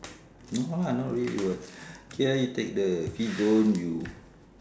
no lah not really [what] K ah you take the fish bone you